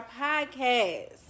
podcast